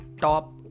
top